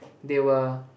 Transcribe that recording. they were